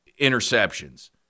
interceptions